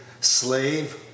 slave